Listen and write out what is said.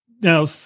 now